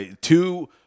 Two